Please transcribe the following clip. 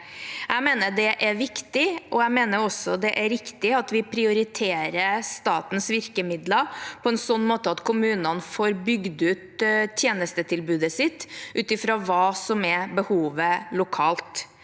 Jeg mener det er viktig, og jeg mener også det er riktig at vi prioriterer statens virkemidler på en sånn måte at kommunene får bygd ut tjenestetilbudet sitt ut fra hva som er behovet lokalt.